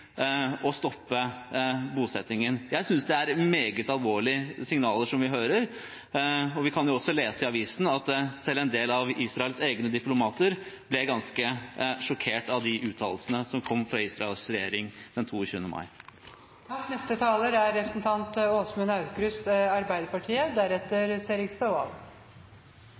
å gå videre i samtaler for å få prosessen på riktig vei eller stoppe bosettingene. Jeg synes det er meget alvorlige signaler vi hører. Vi kan også lese i avisene at selv en del av Israels egne diplomater ble ganske sjokkert av de uttalelsene som kom fra Israels regjering den